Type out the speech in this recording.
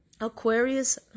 Aquarius